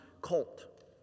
colt